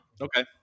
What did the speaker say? Okay